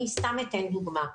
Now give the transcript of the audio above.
אני סתם אתן דוגמה.